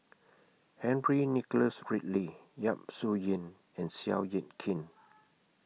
Henry Nicholas Ridley Yap Su Yin and Seow Yit Kin